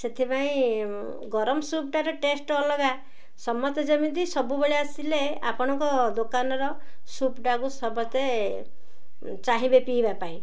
ସେଥିପାଇଁ ଗରମ ସୁପ୍ଟାର ଟେଷ୍ଟ ଅଲଗା ସମସ୍ତେ ଯେମିତି ସବୁବେଳେ ଆସିଲେ ଆପଣଙ୍କ ଦୋକାନର ସୁପ୍ଟାକୁ ସମସ୍ତେ ଚାହିଁବେ ପିଇବା ପାଇଁ